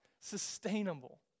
sustainable